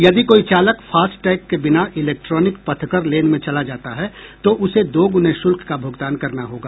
यदि कोई चालक फास्टैग के बिना इलेक्ट्रॉनिक पथकर लेन में चला जाता है तो उसे दोगुने शुल्क का भुगतान करना होगा